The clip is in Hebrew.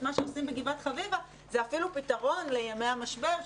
מה שעושים בגבעת חביבה זה אפילו פתרון לימי המשבר,